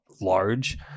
large